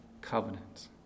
covenant